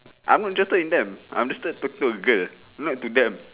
I am not interested in them I am interested talk to the girl not to them